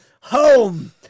home